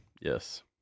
Yes